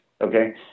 okay